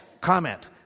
Comment